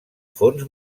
fons